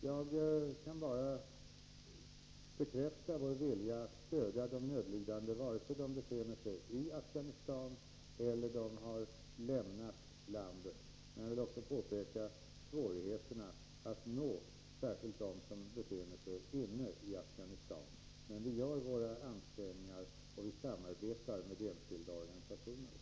Jag kan bara bekräfta vår vilja att stödja de nödlidande vare sig de befinner sig i Afghanistan eller har lämnat landet. Samtidigt vill jag peka på svårigheterna att nå särskilt dem som befinner sig inne i landet. Vi fortsätter emellertid med våra ansträngningar och med vårt samarbete med enskilda organisationer. "